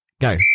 go